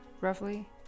Roughly